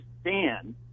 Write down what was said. stand